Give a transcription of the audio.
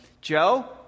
Joe